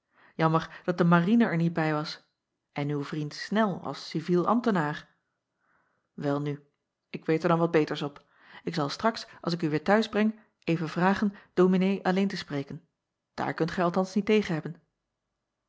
jammer dat de marine er niet bij was en uw vriend nel als civiel ambtenaar elnu ik weet er dan wat beters op ik zal straks als ik u weêr t huis breng even vragen ominee alleen te spreken daar kunt gij althans niet tegen hebben